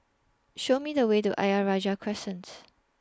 Show Me The Way to Ayer Rajah Crescent